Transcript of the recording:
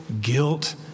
guilt